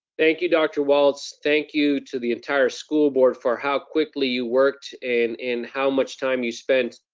thank you, dr. walts. thank you to the entire school board for how quickly you worked and and how much time you spent,